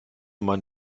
mein